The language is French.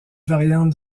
variante